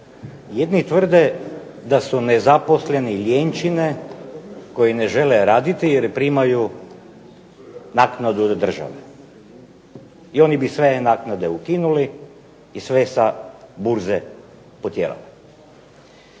Jedni tvrde da su nezaposleni lijenčine koji ne žele raditi jer primaju naknadu od države i oni bi sve naknade ukinuli i sve sa burze potjerali.